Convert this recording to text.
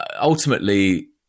Ultimately